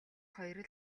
хоёр